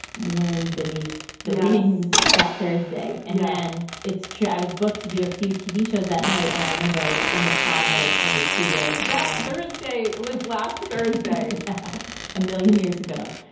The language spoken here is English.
wind beneath the waves that thursday. and then it's true. i was booked to do a few tv shows that night. and i remember i was in the car headed to one of the studios that and thursday was last thursday a million years ago.